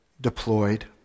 deployed